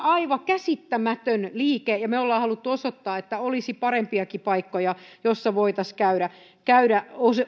aivan käsittämätön liike ja me olemme halunneet osoittaa että olisi parempiakin paikkoja joissa voitaisiin käydä käydä